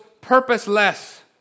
purposeless